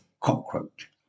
cockroach